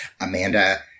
Amanda